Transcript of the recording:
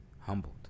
Humbled